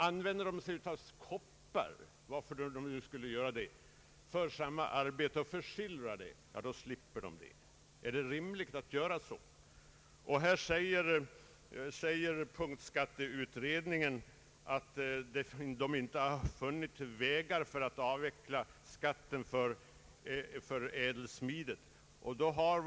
Använder de för samma arbete t.ex. koppar, som de försilvrar, slipper de detta påslag. är det rimligt? Punktskatteutredningen säger att man inte har funnit vägar för att avveckla skatten på ädelsmide.